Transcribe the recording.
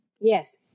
Yes